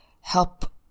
help